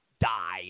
die